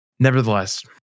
Nevertheless